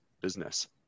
business